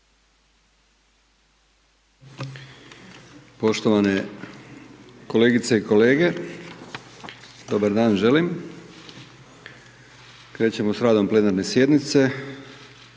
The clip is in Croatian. Poštovane kolegice i kolege, dobar dan želim. Krećemo sa radom plenarne sjednice.